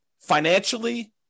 financially